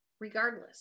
regardless